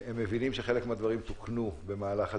הם מבינים שחלק מהדברים תוקנו במהלך הזה,